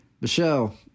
Michelle